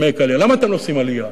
למה אתם לא עושים עלייה?